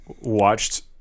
watched